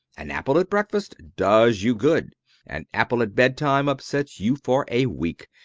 an apple at breakfast does you good an apple at bedtime upsets you for a week.